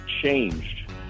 changed